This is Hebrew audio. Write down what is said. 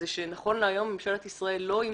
זה שנכון להיום ממשלת ישראל לא אימצה,